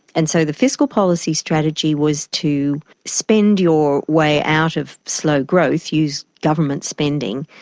and so the fiscal policy strategy was to spend your way out of slow growth, use government spending,